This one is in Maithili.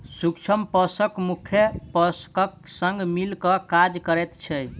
सूक्ष्म पोषक मुख्य पोषकक संग मिल क काज करैत छै